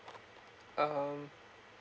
um